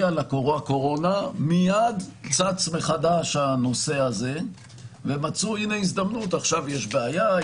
ואז מיד צץ מחדש הנושא הזה ומצאו הזדמנות עכשיו יש בעיה,